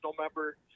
member